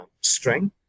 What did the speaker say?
strength